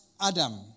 Adam